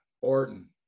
Orton